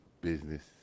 business